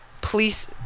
police